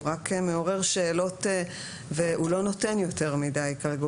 הוא רק מעורר שאלות והוא לא נותן יותר מידי כרגע.